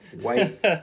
white